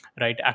right